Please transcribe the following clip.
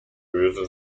böse